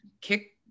kick